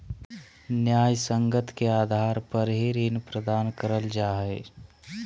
न्यायसंगत के आधार पर ही ऋण प्रदान करल जा हय